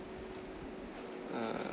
err